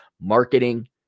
Marketing